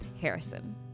Harrison